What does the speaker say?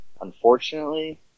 Unfortunately